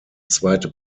zweite